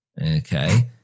okay